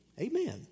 amen